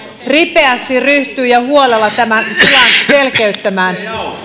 ripeästi ja huolella ryhtyy tämän tilan selkeyttämään